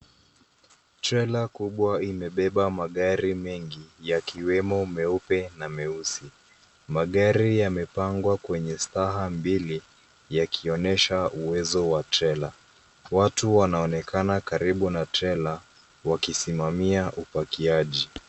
Trela kubwa imebeba magari mengi, yakiwemo meupe na meusi. Magari yamepangwa kwenye staha mbili yakionyesha uwezo wa trela. Watu wanaonekana karibu na trela wakisimamia upakiaji.